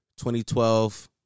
2012